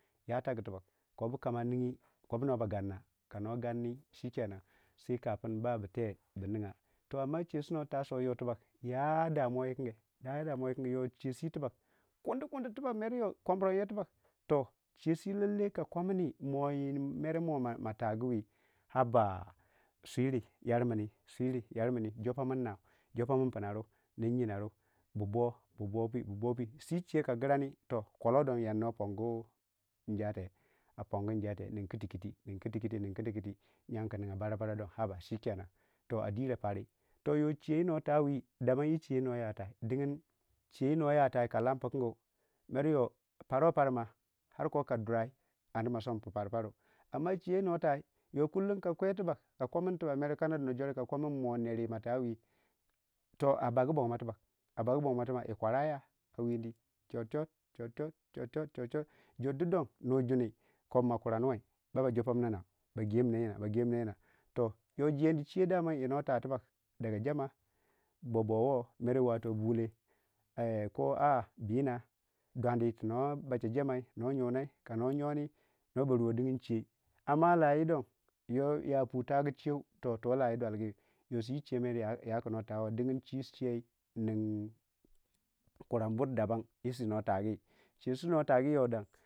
Kopu ka ma ningi kopu na bagamna kana gamin chikenan shikenan sai kapun ba bute bu ninga toh amma chiyoi su no tayii so yo tubag ya damuwa wu konge ya damuwa wu kange yo chiyosi tubag kundi kundi tubag mer yo komburomyou tubag toh chiyosi lallei ka kommini mo yi mere ma tagu wii abara siiri yar mini siiri yarmini jopa mini nau jopamini pinaru ning yinadu buboo buboo buboopu buboopu su chiyou ka girani kolou don yannuwai pungu njate a pungu njate nin kitikin nin kiti kiti nin kiti kiti jangu ku ninga shikenan barabara don aba'a shikenen toh a diro pari toh yo chiyo wuno tawii yi chiyo wuno ya tayii digging chiyo wuno yatayii ka lampukangu paruwei pari ma har koka diirai anda ma som pupara pari amma chiyo wuno tayii yo ka kwei komini tibbag mere kana dono jore ka komini mo nerwu matayii to a bagu bomgamo tubag a bagu bongamo tubag yi kwa raya a wedii chot, chot chot jordu don nu juni ma kuranuwai baba jopa minna a nau ba gemino yina ba gemino yina toh yo jeni chiyou wu daman no tayii. to yo jeni chiyou daga jamma bobowo mere wato bule koh a dwadi tu no bacha jammai na yanai kana yoni na ba ruwou dingin chiyou toh amma lawu don yo yapu tagu chiyou toh lawu daulgi yo si chiyou mere ya kuno tawai dingin si chiyou kuran bur dabban yi su no tagi chiyou su no tagi yo don.